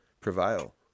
prevail